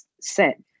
set